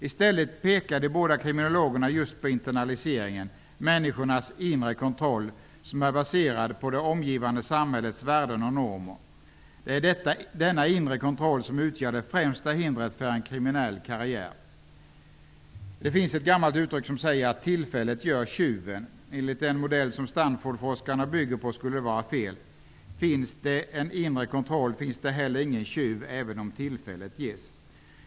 I stället pekar de båda kriminologerna just på internaliseringen; människors inre kontroll, som är baserad på det omgivande samhällets värden och normer. Det är denna inre kontroll som utgör det främsta hindret för en kriminell karriär. Det finns ett gammalt uttryck som säger att tillfället gör tjuven. Enligt den modell som Stanfordforskarna bygger på skulle detta vara fel. Finns det en inre kontroll, finns det heller ingen tjuv även om tillfälle ges.